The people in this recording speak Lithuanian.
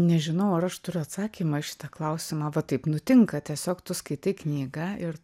nežinau ar aš turiu atsakymą į šitą klausimą va taip nutinka tiesiog tu skaitai knygą ir